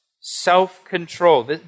self-control